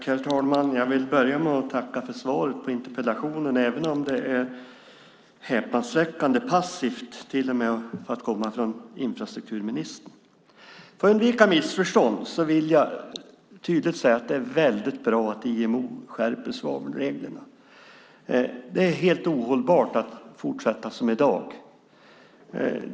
Herr talman! Jag vill börja med att tacka för svaret på interpellationen, även om det är häpnadsväckande passivt till och med för att komma från infrastrukturministern. För att undvika missförstånd vill jag tydligt säga att det är väldigt bra att IMO skärper svavelreglerna. Det är helt ohållbart att fortsätta som i dag.